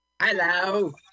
hello